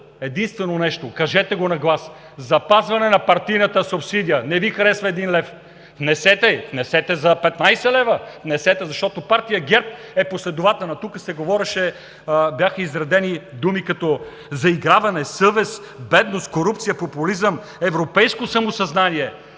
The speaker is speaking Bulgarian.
едно-единствено нещо – кажете го на глас: запазване на партийната субсидия! Не Ви харесва един лев, внесете за 15 лв.! Внесете, защото партия ГЕРБ е последователна. Тук се говореше и бяха изредени думи като „заиграване“, „съвест“, „бедност“, „корупция“, „популизъм“, „европейско самосъзнание“